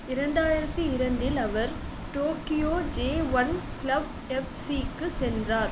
இரண்டாயிரத்தி இரண்டில் அவர் டோக்கியோ ஜெ ஒன் க்ளப் எஃப்சிக்கு சென்றார்